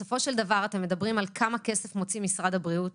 בסופו של דבר אתם מדברים על כמה כסף מוציא משרד הבריאות